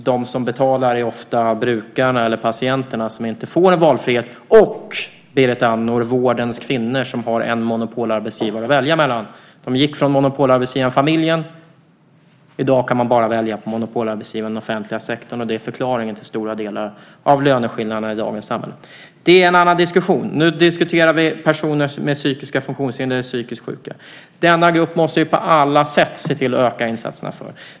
De som betalar är ofta brukarna eller patienterna som inte får en valfrihet och vårdens kvinnor, Berit Andnor, som har en monopolarbetsgivare att välja mellan. De gick ifrån monopolarbetsgivaren familjen, och i dag kan de bara välja monopolarbetsgivaren den offentliga sektorn. Det är förklaringen till stora delar av löneskillnaderna i dagens samhälle. Det är en annan diskussion. Nu diskuterar vi personer med psykiska funktionshinder eller som är psykiskt sjuka. Denna grupp måste vi på alla sätt öka insatserna för.